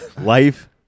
life